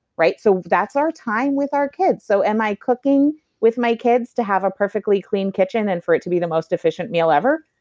so that's our time with our kids. so am i cooking with my kids to have a perfectly clean kitchen and for it to be the most efficient meal ever?